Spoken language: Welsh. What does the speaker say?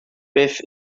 beth